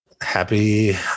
happy